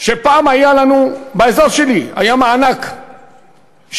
שפעם היה לנו, באזור שלי, היה מענק שקיבלנו,